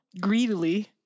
greedily